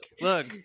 look